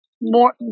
more